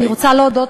אני רוצה להודות,